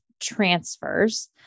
transfers